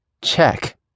Check